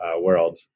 world